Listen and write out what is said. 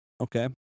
okay